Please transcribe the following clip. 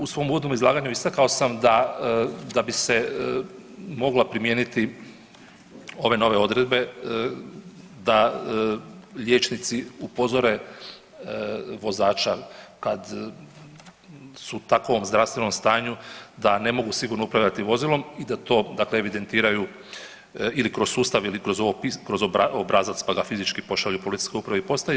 U svom uvodnom izlaganju istakao sam da, da bi se mogla primijeniti ove nove odredbe da liječnici upozore vozača kad su u takovom zdravstvenom stanju da ne mogu sigurno upravljati vozilom i da to dakle evidentiraju ili kroz sustav ili kroz ovo kroz obrazac pa da fizički pošalju policijskoj upravi ili postaji.